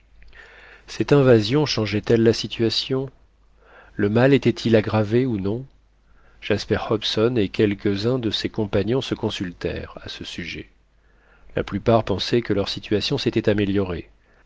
cette invasion changeait elle la situation le mal était-il aggravé ou non jasper hobson et quelques-uns de ses compagnons se consultèrent à ce sujet la plupart pensaient que leur situation s'était améliorée